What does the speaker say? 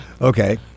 Okay